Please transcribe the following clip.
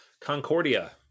Concordia